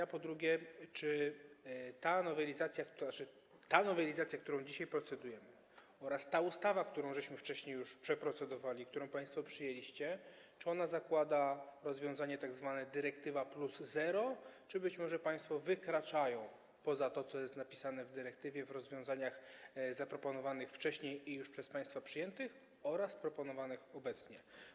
A po drugie, czy ta nowelizacja, nad którą dzisiaj procedujemy, oraz ta ustawa, którą wcześniej już przeprocedowaliśmy, którą państwo przyjęliście, zakładają rozwiązanie tzw. dyrektywa plus zero, czy być może państwo wykraczają poza to, co jest napisane w dyrektywie, w rozwiązaniach zaproponowanych wcześniej i już przez państwa przyjętych oraz proponowanych obecnie?